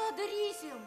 ką darysim